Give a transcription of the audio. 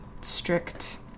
strict